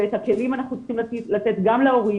ואת הכלים אנחנו צריכים לתת גם להורים,